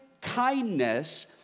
kindness